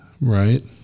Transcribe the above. Right